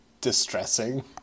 distressing